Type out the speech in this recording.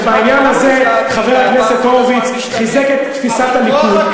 בעניין הזה חבר הכנסת הורוביץ חיזק את תפיסת הליכוד,